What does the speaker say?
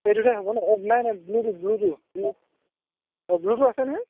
এই দুটা হ'ব ন অ' নাই নাই ব্লুটো ব্লুটো ব্ল অঁ ব্লুটো আছে নে